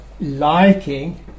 liking